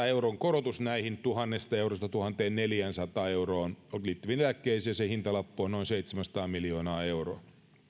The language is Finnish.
euron korotus näihin tuhanteen viiva tuhanteenneljäänsataan euroon liittyviin eläkkeisiin ja se hintalappu on noin seitsemänsataa miljoonaa euroa